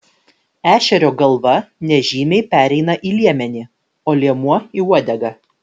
ešerio galva nežymiai pereina į liemenį o liemuo į uodegą